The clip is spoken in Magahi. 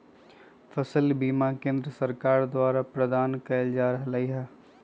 फसल बीमा केंद्र सरकार द्वारा प्रदान कएल जा रहल हइ